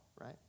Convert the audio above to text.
right